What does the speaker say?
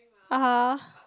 (uh huh)